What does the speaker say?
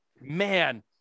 man